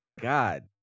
God